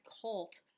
cult